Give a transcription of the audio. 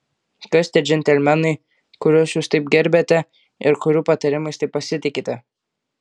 kas tie džentelmenai kuriuos jūs taip gerbiate ir kurių patarimais taip pasitikite